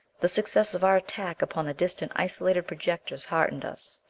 the success of our attack upon the distant isolated projectors, heartened us.